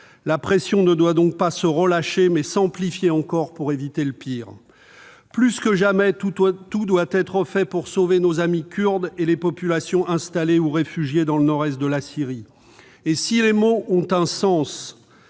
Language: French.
La pression ne doit donc pas se relâcher, mais s'amplifier encore pour éviter le pire. Plus que jamais, tout doit être fait pour sauver nos amis Kurdes et les populations installées ou réfugiées dans le nord-est de la Syrie. Si les mots ont un sens,